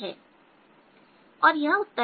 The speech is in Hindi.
है और यह उत्तर है